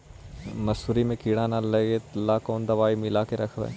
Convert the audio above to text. मसुरी मे किड़ा न लगे ल कोन दवाई मिला के रखबई?